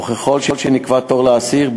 וככל שנקבע תור לאסיר,